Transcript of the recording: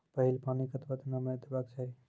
पहिल पानि कतबा दिनो म देबाक चाही?